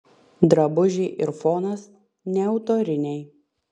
drabužiai ir fonas neautoriniai